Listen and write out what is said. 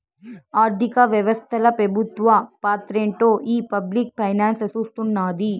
ఆర్థిక వ్యవస్తల పెబుత్వ పాత్రేంటో ఈ పబ్లిక్ ఫైనాన్స్ సూస్తున్నాది